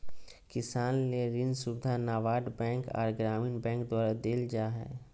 किसान ले ऋण सुविधा नाबार्ड बैंक आर ग्रामीण बैंक द्वारा देल जा हय